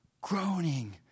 groaning